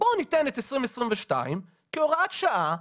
בוא ניתן את 2022 כהוראת שעה.